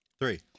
Three